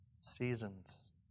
Seasons